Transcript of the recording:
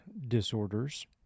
disorders